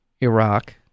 Iraq